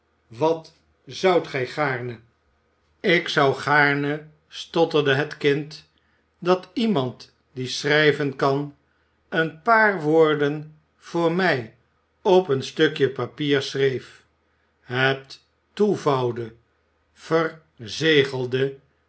wat zoudt gij gaarne ik zou gaarne stotterde het kind dat iemand die schrijven kan een paar woorden voor mij op een stukje papier schreef het toevouwde verzegelde